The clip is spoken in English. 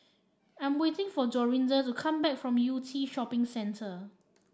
I'm waiting for Dorinda to come back from Yew Tee Shopping Centre